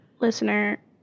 listener